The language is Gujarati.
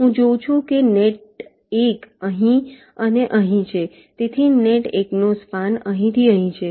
હું જોઉં છું કે નેટ એક અહીં અને અહીં છે તેથી નેટ 1 નો સ્પાન અહીંથી અહીં છે